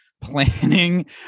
planning